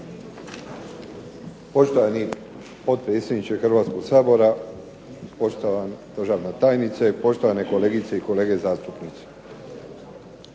Poštovani potpredsjedniče Hrvatskog sabora, poštovana državna tajnice, poštovane kolegice i kolege zastupnici.